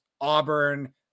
auburn